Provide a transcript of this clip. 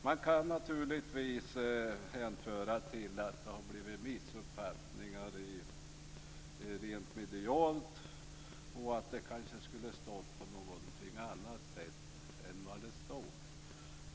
Man kan naturligtvis hänvisa till att det har blivit missuppfattningar medialt, och att det kanske skulle ha stått på något annat sätt.